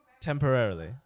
Temporarily